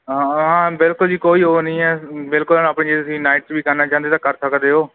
ਹਾਂ ਬਿਲਕੁਲ ਜੀ ਕੋਈ ਉਹ ਨਹੀਂ ਐ ਬਿਲਕੁਲ ਆਪਣੀ ਨਾਈਟਸ ਵੀ ਕਰਨਾ ਚਾਹੁੰਦੇ ਤਾਂ ਕਰ ਸਕਦੇ ਹੋ